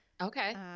okay